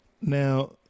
Now